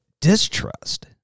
distrust